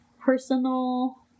personal